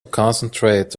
concentrate